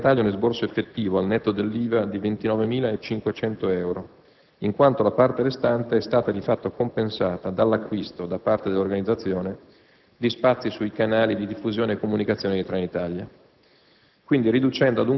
ha comportato per Trenitalia un esborso effettivo, al netto dell'IVA, di 29.500 euro (in quanto la parte restante è stata, di fatto, compensata dall'acquisto, da parte dell'organizzazione, di spazi sui canali di diffusione e comunicazione di Trenitalia),